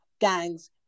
gangs